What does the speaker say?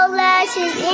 lashes